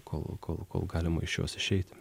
kol kol kol galima iš jos išeiti